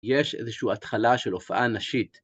יש איזושהי התחלה של הופעה נשית.